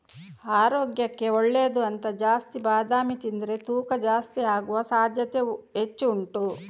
ಆರೋಗ್ಯಕ್ಕೆ ಒಳ್ಳೇದು ಅಂತ ಜಾಸ್ತಿ ಬಾದಾಮಿ ತಿಂದ್ರೆ ತೂಕ ಜಾಸ್ತಿ ಆಗುವ ಸಾಧ್ಯತೆ ಹೆಚ್ಚು ಉಂಟು